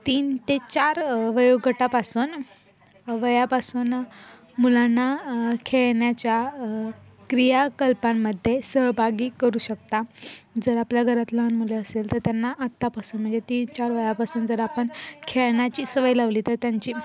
तीन ते चार वयोगटापासून वयापासून मुलांना खेळण्याच्या क्रियाकल्पांमध्ये सहभागी करू शकता जर आपल्या गरात लहान मुलं असेल तर त्यांना आत्तापासून म्हणजे तीन चार वयापासून जर आपण खेळण्याची सवय लावली तर त्यांची